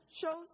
shows